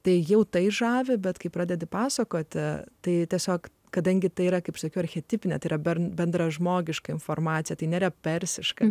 tai jau tai žavi bet kai pradedi pasakoti tai tiesiog kadangi tai yra kaip sakiau archetipinė tiria bendražmogiška informacija tai nėra persiška